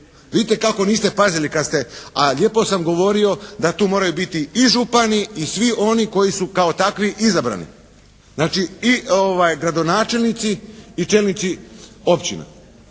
Vidite kako niste pazili kad ste, a lijepo sam govorio da tu moraju biti i župani i svi oni koji su kao takvi izabrani. Znači i gradonačelnici i čelnici općina,